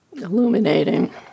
Illuminating